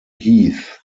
heath